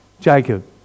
Jacob